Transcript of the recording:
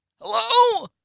Hello